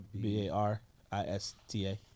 B-A-R-I-S-T-A